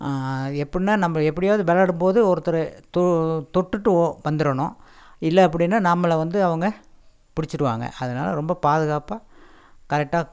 அது எப்பட்னா நம்ப எப்படியாவது விளாடபோது ஒருத்தர் தொ தொட்டுவிட்டு வந்தரணும் இல்லை அப்படினா நம்மளை வந்து அவங்க பிடிச்சிடுவாங்க அதனால் ரொம்ப பாதுகாப்பாக கரெட்டாக